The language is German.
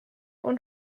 und